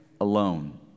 alone